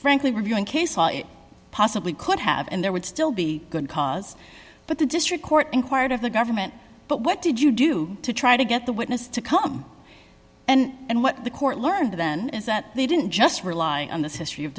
frankly reviewing case law it possibly could have and there would still be good cause but the district court inquired of the government but what did you do to try to get the witness to come and what the court learned then is that they didn't just rely on this history of